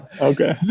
Okay